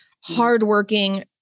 hardworking